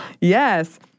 yes